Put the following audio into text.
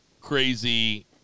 Crazy